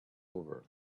over